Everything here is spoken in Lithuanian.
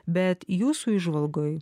bet jūsų įžvalgoj